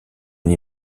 une